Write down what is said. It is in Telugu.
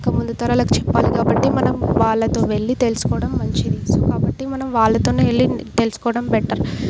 ఇంకా ముందు తరాలకు చెప్పాలి కాబట్టి మనం వాళ్ళతో వెళ్ళి తెలుసుకోవడం మంచిది సో కాబట్టి మనం వాళ్ళతోనే వెళ్ళి తెలుసుకోవడం బెటర్